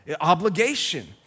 obligation